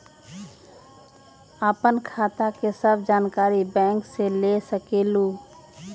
आपन खाता के सब जानकारी बैंक से ले सकेलु?